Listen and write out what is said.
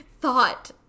thought